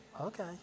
okay